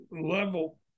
level